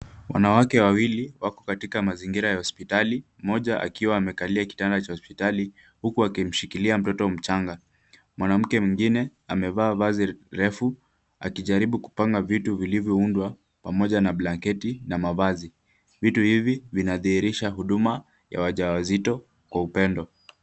Wanawake wawili wako katika mazingira ya hospitali, mmoja akiwa amekalia kitanda cha hospitali huku akimshikilia mtoto mchanga. Mwanamke mwingine amevaa vazi refu akijaribu kupanga vitu vilivyoundwa pamoja na blanketi na mavazi. Vitu hivi vinadhihirisha huduma ya wajawazito kwa upendo.